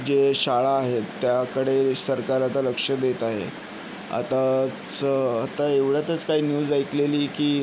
जे शाळा आहेत त्याकडे सरकार आता लक्ष देत आहे आताच आता एवढ्यातच काही न्यूज ऐकलेली की